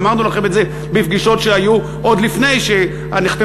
ואמרנו לכם את זה בפגישות שהיו עוד לפני שנחתמו